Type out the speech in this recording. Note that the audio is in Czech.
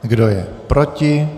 Kdo je proti?